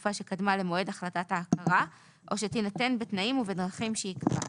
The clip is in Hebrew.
התקופה שקדמה למועד החלטת ההכרה או שתינתן בתנאים ובדרכים שיקבע.